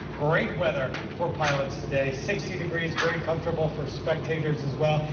great weather for pilots today, sixty degrees, very comfortable for spectators as well.